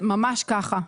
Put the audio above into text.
ממש כך.